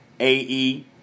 AE